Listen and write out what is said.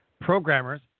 programmers